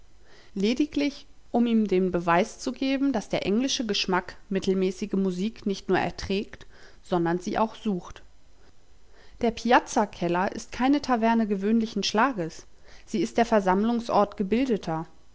lediglich um ihm den beweis zu geben daß der englische geschmack mittelmäßige musik nicht nur erträgt sondern sie auch sucht der piazza keller ist keine taverne gewöhnlichen schlages sie ist der versammlungsort gebildeter